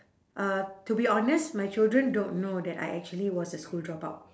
uh to be honest my children don't know that I actually was a school dropout